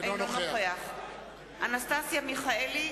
אינו נוכח אנסטסיה מיכאלי,